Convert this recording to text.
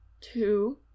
two